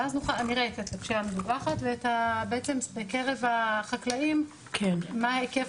ואז נראה את הפשיעה המדווחת ואת הבעצם בקרב החקלאים מה היקף